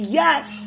yes